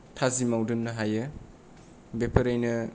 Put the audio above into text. थाजिमाव दोननो हायो बेफोरैनो